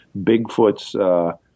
Bigfoot's